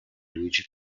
luigi